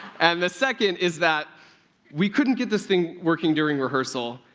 and the second is that we couldn't get this thing working during rehearsal,